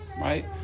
right